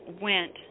went